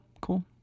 Cool